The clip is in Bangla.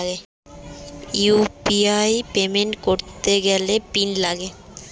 ইউ.পি.আই পেমেন্ট করতে গেলে পিন লাগে